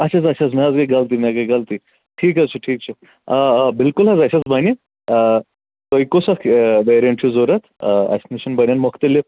اچھا حظ اچھا حظ مےٚ حظ گٔے غلطی مےٚ گٔے غلطی ٹھیٖک حظ چھُ ٹھیٖک چھُ آ آ بِلکُل حظ اَسہِ حظ بَنہِ آ تۄہہِ کُس اَکھ ویریَنٛٹ چھُو ضوٚرتھ آ اَسہِ نِش بَنَن مُختلِف